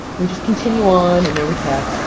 we just continue on, and there we have